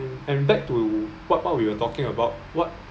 and back to what what we were talking about what